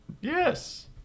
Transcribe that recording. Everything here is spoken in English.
Yes